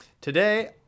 Today